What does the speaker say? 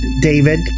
David